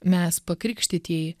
mes pakrikštytieji